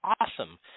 awesome